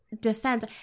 defense